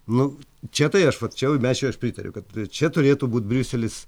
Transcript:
nu čia tai aš vat čia mes jau aš pritariu kad čia turėtų būt briuselis